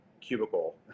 cubicle